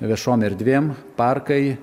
viešom erdvėm parkai